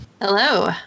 Hello